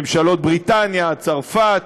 ממשלות בריטניה וצרפת,